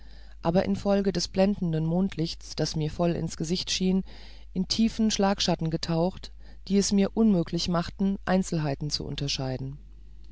aber infolge des blendenden mondlichts das mir voll ins gesicht schien in tiefe schlagschatten getaucht die es mir unmöglich machten einzelheiten zu unterscheiden